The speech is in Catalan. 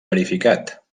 verificat